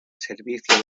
servicio